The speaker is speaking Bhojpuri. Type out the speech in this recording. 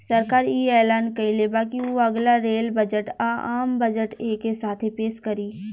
सरकार इ ऐलान कइले बा की उ अगला रेल बजट आ, आम बजट एके साथे पेस करी